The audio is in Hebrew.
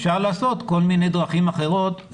אפשר לעשות כל מיני דרכים אחרות,